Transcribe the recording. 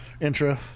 Intro